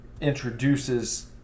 introduces